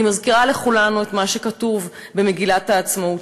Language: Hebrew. אני מזכירה לכולנו את מה שכתוב במגילת העצמאות